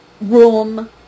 room